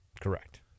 Correct